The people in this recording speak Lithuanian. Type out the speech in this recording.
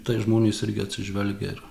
tai žmonės irgi atsižvelgia ir